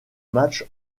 match